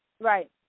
Right